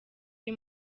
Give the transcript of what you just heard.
uyu